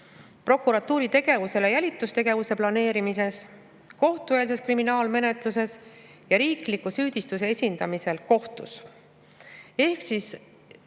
prokuratuuri tegevusele jälitustegevuse planeerimises, kohtueelses kriminaalmenetluses ja riikliku süüdistuse esindamisel kohtus. Ehk siis ministri